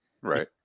right